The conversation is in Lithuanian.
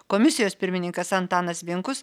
komisijos pirmininkas antanas vinkus